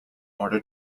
order